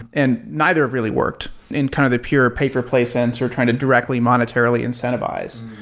and neither have really worked. in kind of a pure pay for plays answer, trying to directly monetarily incentivize.